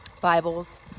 Bibles